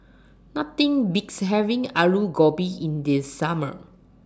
Nothing Beats having Alu Gobi in The Summer